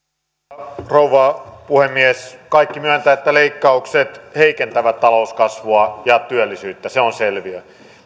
arvoisa rouva puhemies kaikki myöntävät että leikkaukset heikentävät talouskasvua ja työllisyyttä se on selviö